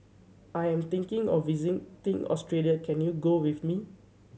I am thinking of visiting Australia can you go with me